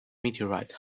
meteorite